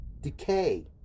decay